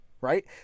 Right